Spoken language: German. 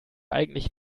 eigentlich